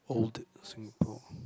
old Singapore